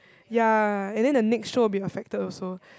ya and then the next show will be affected also